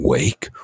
Wake